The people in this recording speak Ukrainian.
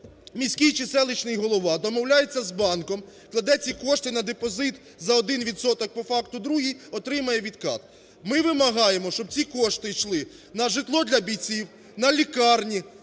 Міський чи селищний голова домовляється з банком, кладе ці кошти на депозит за один відсоток по факту, другий отримує у відкат. Ми вимагаємо, щоб ці кошти йшли на житло для бійців, на лікарні,